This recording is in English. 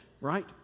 right